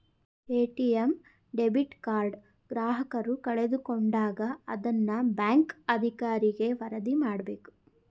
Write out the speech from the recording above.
ATM debit card ಗ್ರಾಹಕರು ಕಳೆದುಕೊಂಡಾಗ ಅದನ್ನ ಬ್ಯಾಂಕ್ ಅಧಿಕಾರಿಗೆ ವರದಿ ಮಾಡಬೇಕು